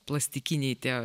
plastikiniai tie